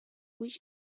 which